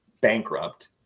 bankrupt